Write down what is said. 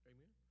Amen